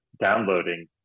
downloading